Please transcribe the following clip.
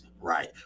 right